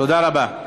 תודה רבה.